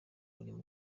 umurimo